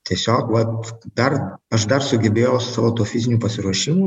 tiesiog vat dar aš dar sugebėjau su savo tuo fiziniu pasiruošimu